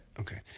Okay